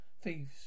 thieves